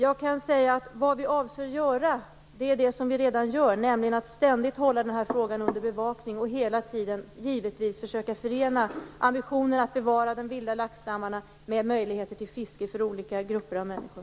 Vad vi avser att göra, är det vi redan gör, nämligen att ständigt hålla frågan under bevakning och hela tiden försöka förena ambitionen att bevara de vilda laxstammarna med möjlighet till fiske för olika grupper av människor.